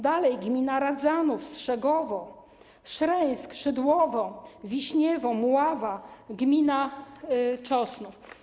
Dalej: gmina Radzanów, Strzegowo, Szreńsk, Szydłowo, Wiśniewo, Mława, gmina Czosnów.